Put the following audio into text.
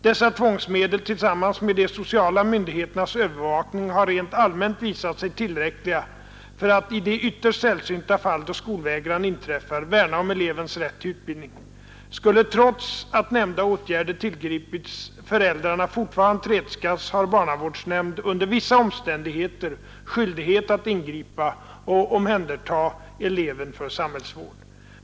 Dessa tvångsmedel tillsammans med de sociala myndigheternas övervakning har rent allmänt visat sig tillräckliga för att i de ytterst sällsynta fall då skolvägran inträffar värna om elevens rätt till utbildning. Skulle trots att nämnda åtgärder tillgripits föräldrarna fortfarande tredskas har barnavårdsnämnd under vissa omständigheter skyldighet att ingripa och omhänderta eleven för samhällsvård.